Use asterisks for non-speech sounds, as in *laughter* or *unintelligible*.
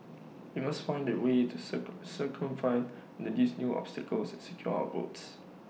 we must find A way to *unintelligible* circumvent in these new obstacles and secure our votes